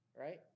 Right